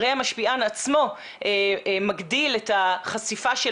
הרי המשפיען עצמו מגדיל את החשיפה של